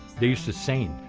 they used to sane.